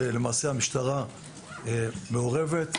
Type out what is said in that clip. והמשטרה מעורבת בהם.